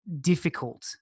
difficult